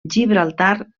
gibraltar